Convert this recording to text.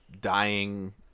dying